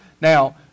Now